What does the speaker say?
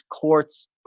courts